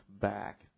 back